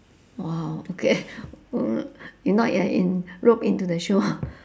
!wow! okay mm if not you are in roped into the show